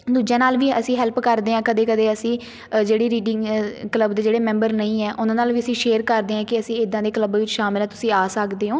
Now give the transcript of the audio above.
ਦੂਜਿਆਂ ਨਾਲ ਵੀ ਅਸੀਂ ਹੈਲਪ ਕਰਦੇ ਹਾਂ ਕਦੇ ਕਦੇ ਅਸੀਂ ਜਿਹੜੀ ਰੀਡਿੰਗ ਕਲੱਬ ਦੇ ਜਿਹੜੇ ਮੈਂਬਰ ਨਹੀਂ ਹੈ ਉਹਨਾਂ ਨਾਲ ਵੀ ਅਸੀਂ ਸ਼ੇਅਰ ਕਰਦੇ ਹਾਂ ਕਿ ਅਸੀਂ ਇੱਦਾਂ ਦੇ ਕਲੱਬ ਵਿੱਚ ਸ਼ਾਮਲ ਹਾਂ ਤੁਸੀਂ ਆ ਸਕਦੇ ਹੋ